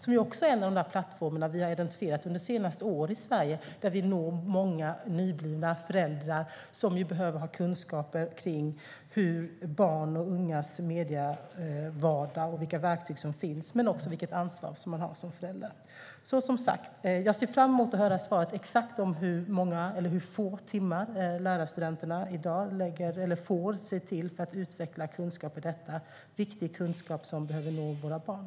De är en av de plattformar vi har identifierat under senare år i Sverige där vi når många nyblivna föräldrar som behöver kunskaper om barns och ungas medievardag, verktyg och föräldrars ansvar. Jag ser fram emot att höra svaret på hur exakt hur många, eller få, timmar lärarstudenterna i dag får för att utveckla kunskaper på detta område. Det är viktig kunskap som behöver nå våra barn.